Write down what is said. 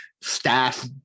staff